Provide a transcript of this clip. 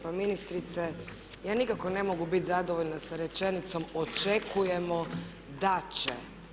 Pa ministrice, ja nikako ne mogu biti zadovoljna sa rečenicom očekujemo da će.